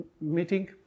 meeting